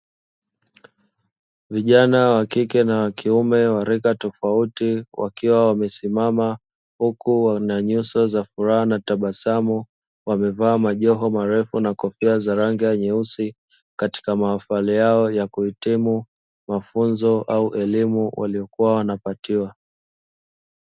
Vijana wa kike na wa kiume wa rika tofauti wakiwa wamesimama, huku wana nyuso za furaha na tabasamu. Wamevaa majoho marefu na kofia za rangi nyeusi katika mahafali yao ya kuhitimu mafunzo au elimu waliyokuwa wanapatiwa.